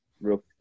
Real